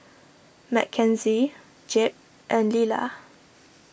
Mckenzie Jeb and Lilah